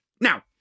now